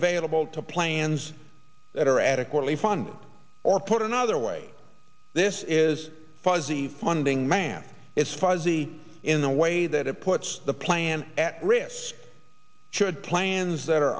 available to plans that are adequately funded or put another way this is fuzzy funding man is fuzzy in the way that it puts the plan at risk should plans that